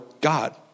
God